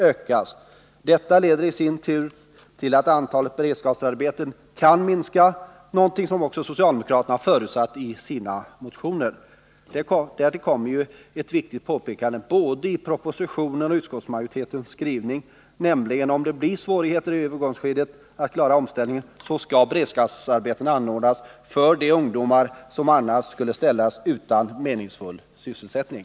Och detta leder i sin tur till att antalet beredskapsarbeten kan minska, någonting som också socialdemokraterna förutsatte i de motioner som väckts. Därtill kommer ett viktigt påpekande i både propositionen och utskottsmajoritetens skrivning, nämligen att om det blir svårigheter med att klara omställningen i övergångsskedet, så skall beredskapsarbeten anordnas för de ungdomar som annars skulle ställas utan meningsfull sysselsättning.